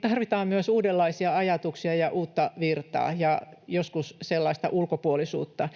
tarvitaan myös uudenlaisia ajatuksia ja uutta virtaa ja joskus sellaista ulkopuolisuutta.